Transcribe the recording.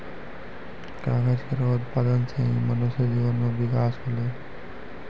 कागज केरो उत्पादन सें ही मनुष्य जीवन म बिकास होलै